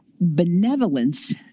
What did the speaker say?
Benevolence